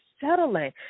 settling